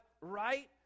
right